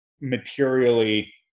materially